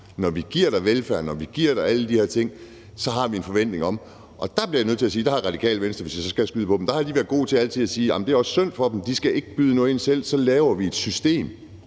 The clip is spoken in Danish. når vi giver dem velfærden og alle de her ting, har en forventning om. Der bliver jeg nødt til at sige, at der har Radikale Venstre, hvis jeg skal skyde på dem, været gode til altid at sige: Det er også synd for dem, de skal ikke byde ind med noget selv, så vi laver et system.